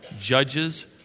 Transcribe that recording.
Judges